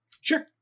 Sure